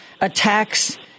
attacks